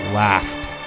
laughed